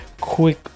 quick